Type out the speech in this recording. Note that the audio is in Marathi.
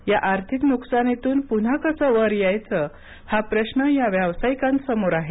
या आर्थिक नुकसानीतून पून्हा कसं वर यायचं हा प्रश्न या व्यावसायिकांसमोर आहे